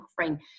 offering